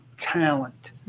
talent